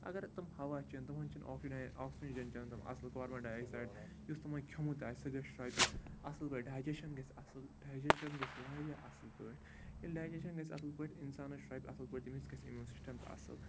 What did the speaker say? اگر تم ہَوا چٮ۪ن تمَن چھِنہٕ آکسی ڈاے آکسیٖجَن چٮ۪ن تم اَصٕل کاربَن ڈاے آکسایڈ یُس تمَن کھیوٚمُت آسہِ سُہ تہِ شرٛوٚپہِ اَصٕل پٲٹھۍ ڈایجَسشَن گژھِ اَصٕل ڈایجَسشَن گژھِ واریاہ اَصٕل پٲٹھۍ ییٚلہِ ڈایجَسشَن گژھِ اَصٕل پٲٹھۍ اِنسانَس شرٛوٚپہِ اَصٕل پٲٹھۍ تٔمِس گژھِ اِمیوٗن سِسٹَم تہِ اَصٕل